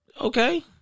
Okay